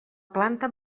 planta